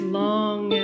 long